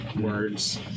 words